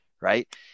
right